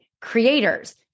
creators